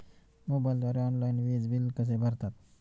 मोबाईलद्वारे ऑनलाईन वीज बिल कसे भरतात?